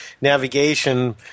navigation